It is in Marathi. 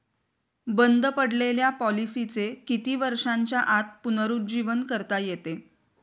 बंद पडलेल्या पॉलिसीचे किती वर्षांच्या आत पुनरुज्जीवन करता येते?